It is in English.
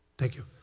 thank you.